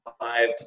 five